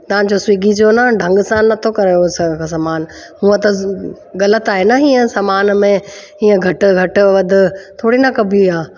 तांजो स्विगी जो न ढंग सां नथो करे सामान हुअं त ग़लति आहे न हीअं सामान में हीअं घटि घटि वधि थोड़ी न कबी आहे